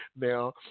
now